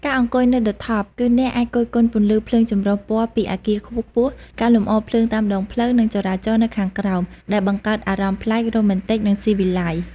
ការអង្គុយនៅ ឌឹ ថប់ គឺអ្នកអាចគយគន់ពន្លឺភ្លើងចម្រុះពណ៌ពីអគារខ្ពស់ៗ ការលម្អរភ្លើងតាមដងផ្លូវ និងចរាចរណ៍នៅខាងក្រោម ដែលបង្កើតអារម្មណ៍ប្លែក រ៉ូមែនទិក និងស៊ីវិល័យ។